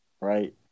right